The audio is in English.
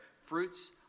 fruits